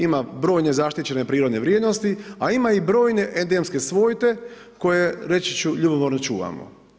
Ima brojne zaštićene prirodne vrijednosti, a ima i brojne edemske svojte, koje reći ću ljubomorno čuvamo.